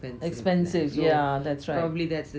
expensive yeah that's right